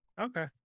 okay